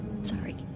Sorry